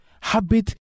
habit